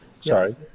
Sorry